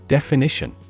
Definition